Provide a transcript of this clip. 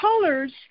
colors